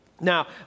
Now